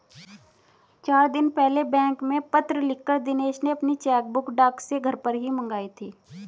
चार दिन पहले बैंक में पत्र लिखकर दिनेश ने अपनी चेकबुक डाक से घर ही पर मंगाई थी